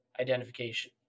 identification